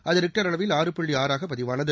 அது ரிக்டர் அளவில் ஆறு புள்ளி ஆறாக பதிவானது